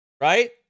Right